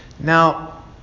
Now